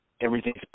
everything's